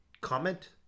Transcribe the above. comment